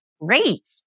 Great